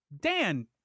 Dan